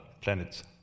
planets